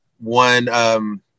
one